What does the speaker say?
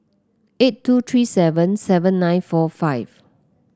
eight two three seven seven nine four five